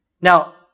Now